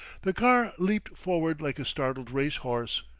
the car leaped forward like a startled race-horse.